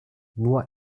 nur